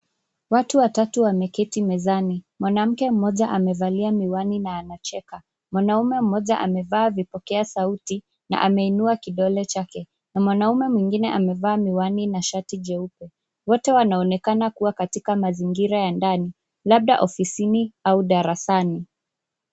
Watu watatu wameketi mezani. Mwanamke mmoja amevalia miwani na anacheka. Mwanaume mmoja amevaa vipokea sauti na ameinua kidole chake na mwanaume mwingine amevaa miwani na shati jeupe. Wote wanaonekana kuwa katika mazingira ya ndani, labda ofisini au darasani.